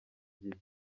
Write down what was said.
gihe